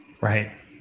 right